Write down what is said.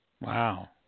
Wow